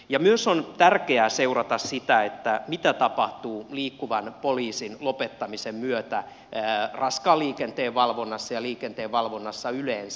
ja myös on tärkeää seurata sitä mitä tapahtuu liikkuvan poliisin lopettamisen myötä raskaan liikenteen valvonnassa ja liikenteen valvonnassa yleensä